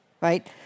right